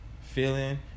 feeling